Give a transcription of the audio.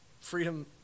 Freedom